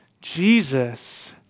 Jesus